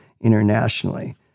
internationally